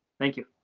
thank you.